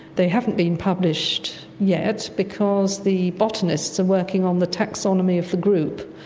they haven't been published yet because the botanists are working on the taxonomy of the group,